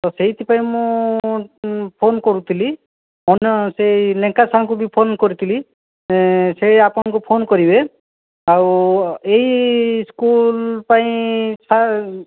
ତ ସେଇଥିପାଇଁ ମୁଁ ଫୋନ୍ କରୁଥିଲି କ'ଣ ସେଇ ଲେଙ୍କା ସାର୍ଙ୍କୁ ବି ଫୋନ୍ କରିଥିଲି ସେ ଆପଣଙ୍କୁ ଫୋନ୍ କରିବେ ଆଉ ଏଇ ସ୍କୁଲ୍ ପାଇଁ ସାର୍